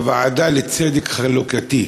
הוועדה לצדק חלוקתי.